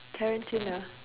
tarantula